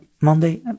Monday